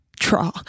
draw